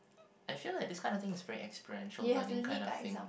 I feel like this kind of thing is very experiential learning kind of thing